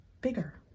bigger